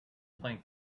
playing